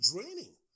draining